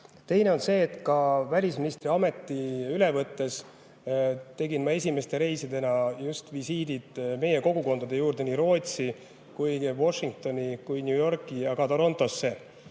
Teine on see, et välisministri ametit üle võttes tegin ma esimeste reisidena visiidid just meie kogukondade juurde nii Rootsi, Washingtoni, New Yorki ja ka Torontosse.